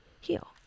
heal